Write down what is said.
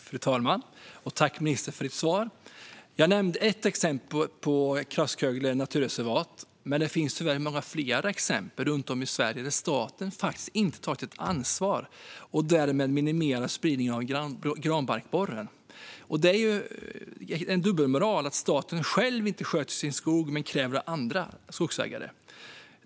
Fru talman! Tack, ministern, för svaret! Jag nämnde ett exempel, Kraskögle naturreservat, men det finns tyvärr många fler exempel runt om i Sverige där staten inte tar sitt ansvar när det gäller att minimera spridning av granbarkborre. Det är dubbelmoral att staten själv inte sköter sin skog men kräver det av andra skogsägare.